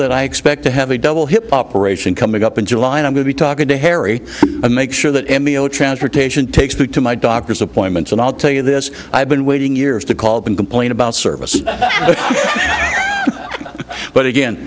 that i expect to have a double hip operation coming up in july and i'm going to talk to harry and make sure that m b o transportation takes me to my doctor's appointments and i'll tell you this i've been waiting years to called and complain about services but again